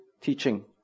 teaching